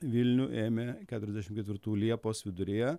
vilnių ėmė keturiasdešim ketvirtų metų liepos viduryje